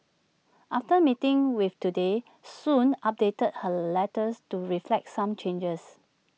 after meeting with Today Soon updated her letters to reflect some changes